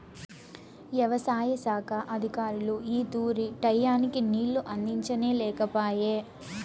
యవసాయ శాఖ అధికారులు ఈ తూరి టైయ్యానికి నీళ్ళు అందించనే లేకపాయె